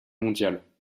mondiale